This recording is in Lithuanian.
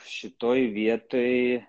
šitoj vietoj